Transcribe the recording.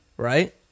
right